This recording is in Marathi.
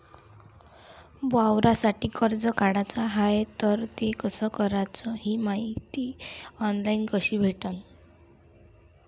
वावरासाठी कर्ज काढाचं हाय तर ते कस कराच ही मायती ऑनलाईन कसी भेटन?